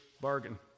bargain